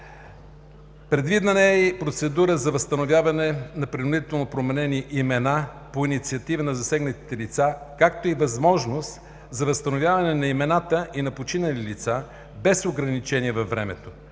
Предвидена е и процедура за възстановяване на принудително променени имена по инициатива на засегнатите лица, както и възможност за възстановяване на имената и на починали лица, без ограничение във времето.